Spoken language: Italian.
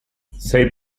sei